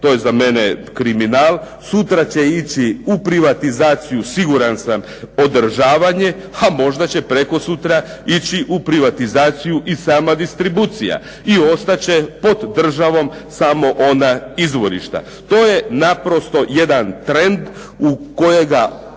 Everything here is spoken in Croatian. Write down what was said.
To je za mene kriminal. Sutra će ići u privatizaciju siguran sam, održavanje, a možda će prekosutra ići u privatizaciju i sama distribucija. I ostat će pod državom samo ona izvorišta. To je naprosto jedan trend u kojega